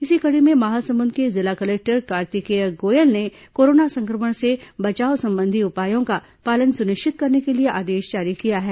इसी कड़ी में महासमुंद के जिला कलेक्टर कार्तिकेया गोयल ने कोरोना संक्रमण से बचाव संबंधी उपायों का पालन सुनिश्चित करने के लिए आदेश जारी किया है